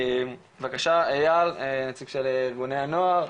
בבקשה אייל נציג של ארגוני הנוער.